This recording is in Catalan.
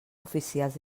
oficials